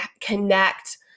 connect